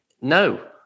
no